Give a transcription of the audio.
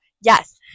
Yes